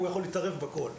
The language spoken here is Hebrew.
הוא יכול להתערב בכול,